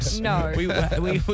No